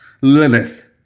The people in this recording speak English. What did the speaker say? Lilith